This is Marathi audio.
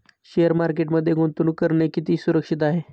शेअर मार्केटमध्ये गुंतवणूक करणे किती सुरक्षित आहे?